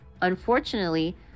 Unfortunately